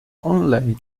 online